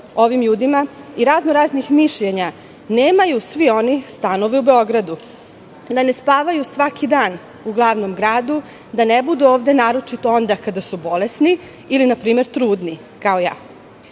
ovim ljudima i raznoraznih mišljenja nemaju svi oni stanove u Beogradu, da ne spavaju svaki dan u glavnom gradu, da ne budu ovde naročito onda kada su bolesni, ili na primer trudni, kao